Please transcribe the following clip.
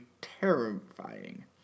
terrifying